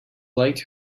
like